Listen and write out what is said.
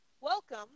welcome